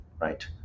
right